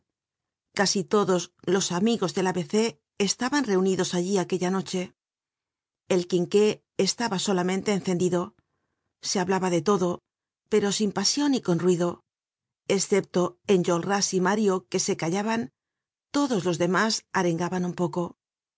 casi todos los amigos del a b c estaban reunidos allí aquella noche el quinqué estaba solamente encendido se hablaba de todo pero sin pasion y con ruido escepto enjolras y mario que se callaban todos los demás arengaban un poco